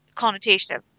Connotation